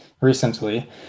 recently